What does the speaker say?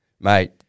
mate